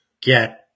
get